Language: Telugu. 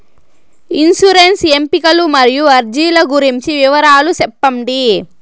ఇన్సూరెన్సు ఎంపికలు మరియు అర్జీల గురించి వివరాలు సెప్పండి